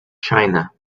china